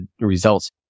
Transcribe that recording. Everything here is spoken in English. results